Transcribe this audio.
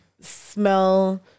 smell